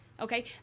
okay